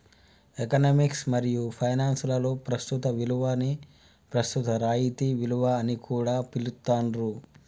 economics మరియు finance లలో ప్రస్తుత విలువని ప్రస్తుత రాయితీ విలువ అని కూడా పిలుత్తాండ్రు